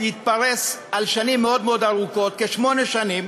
מתפרס על שנים מאוד מאוד ארוכות, כשמונה שנים,